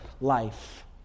life